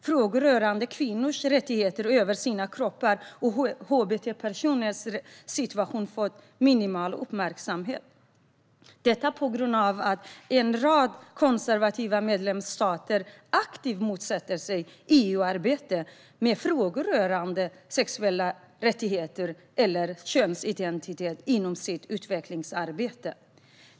Frågor rörande kvinnans rätt att bestämma över sin kropp och hbtq-personers situation har fått minimal uppmärksamhet, detta på grund av att en rad konservativa medlemsstater aktivt motsätter sig att EU arbetar med frågor rörande sexuella rättigheter eller könsidentitet inom sitt utvecklingssamarbete.